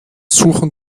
suchen